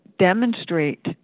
demonstrate